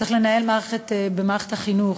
צריך לנהל במערכת החינוך,